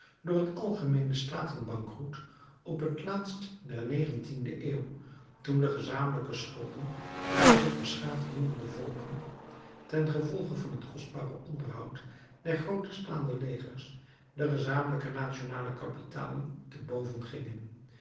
door het algemeene staten bankroet op het laatst der negentiende eeuw toen de gezamenlijke schulden der zich beschaafd noemende volken ten gevolge van het kostbare onderhoud der groote staande legers de gezamenlijke nationale kapitalen te boven gingen